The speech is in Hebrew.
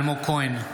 אלמוג כהן,